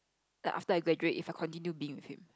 the after I graduate if I continue being with him